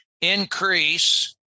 increase